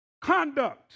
Conduct